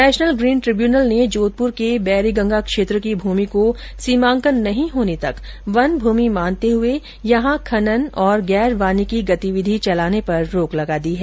national Green Tribunal ने जोधप्र के बेरीगंगा क्षेत्र की भूमि को सीमांकन नहीं होने तक वन भूमि मानते हुए यहां खनन और गैर वानिकी गतिविधि चलाने पर रोक लगा दी है